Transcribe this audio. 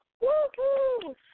Woo-hoo